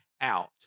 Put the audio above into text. out